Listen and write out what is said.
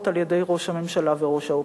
על-ידי ראש הממשלה וראש האופוזיציה.